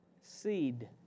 Seed